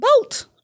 Boat